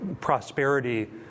prosperity